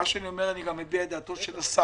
במה שאני אומר אני מביע גם את דעתו של השר,